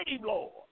Lord